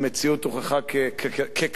המציאות הוכחה ככזאת,